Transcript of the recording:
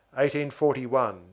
1841